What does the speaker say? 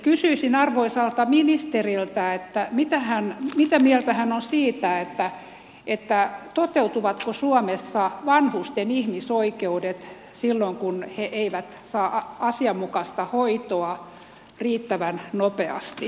kysyisin arvoisalta ministeriltä mitä mieltä hän on siitä toteutuvatko suomessa vanhusten ihmisoikeudet silloin kun he eivät saa asianmukaista hoitoa riittävän nopeasti